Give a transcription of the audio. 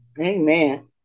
Amen